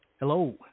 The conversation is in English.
Hello